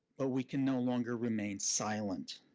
but we can no longer remain silent.